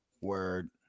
word